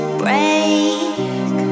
break